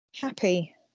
happy